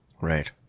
Right